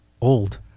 old